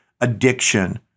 addiction